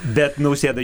bet nausėdai